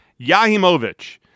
Yahimovich